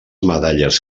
medalles